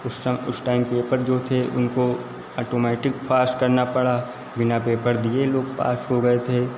उस चं उस टाइम पे ऊपर जो थे उनको आटोमेटिक पास करना पड़ा बिना पेपर दिए लोग पास हो गए थे